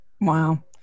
Wow